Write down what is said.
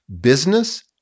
Business